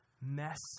Mess